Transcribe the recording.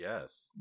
Yes